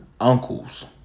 uncles